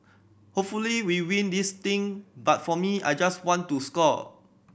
hopefully we win this thing but for me I just want to score